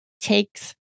takes